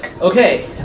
Okay